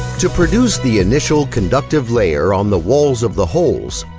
to produce the initial conductive layer on the walls of the holes,